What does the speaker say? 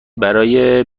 برای